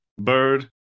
Bird